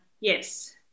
Yes